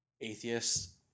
atheists